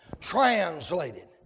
translated